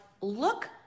look